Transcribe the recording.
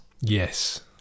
yes